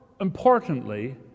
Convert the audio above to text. importantly